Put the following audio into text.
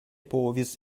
povis